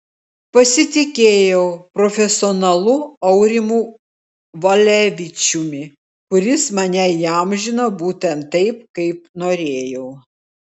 pasitikėjau profesionalu aurimu valevičiumi kuris mane įamžino būtent taip kaip norėjau